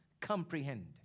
comprehend